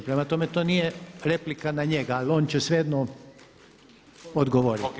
Prema tome to nije replika na njega, ali on će svejedno odgovoriti.